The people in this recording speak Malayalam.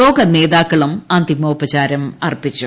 ലോക നേതാക്കളും അന്തിമോപചാരം അർപ്പിച്ചു